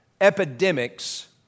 epidemics